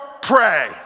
pray